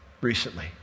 recently